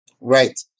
Right